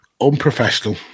Unprofessional